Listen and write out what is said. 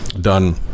done